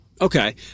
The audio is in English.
Okay